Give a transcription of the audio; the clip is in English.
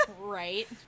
Right